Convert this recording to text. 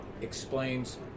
explains